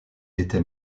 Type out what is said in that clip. était